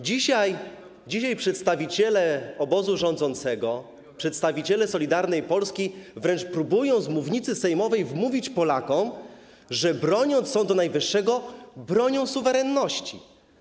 Dzisiaj przedstawiciele obozu rządzącego, przedstawiciele Solidarnej Polski wręcz próbują z mównicy sejmowej wmówić Polakom, że broniąc Sądu Najwyższego, bronią suwerenności.